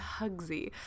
Hugsy